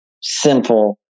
simple